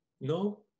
No